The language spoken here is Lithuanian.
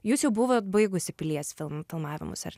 jūs jau buvot baigusi pilies filmavimus ar